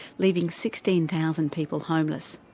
leaving sixteen thousand people homeless.